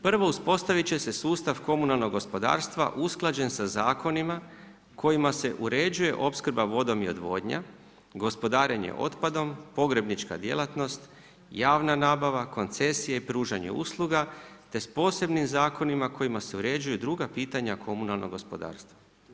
Prvo, uspostavit će se sustav komunalnog gospodarstva usklađen sa zakonima kojima se uređuje opskrba vodom i odvodnja, gospodarenje otpadom, pogrebnička djelatnost, javna nabava, koncesije, pružanje usluga te s posebnim zakonima kojima se uređuju druga pitanja komunalnog gospodarstva.